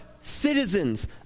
citizens